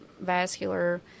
vascular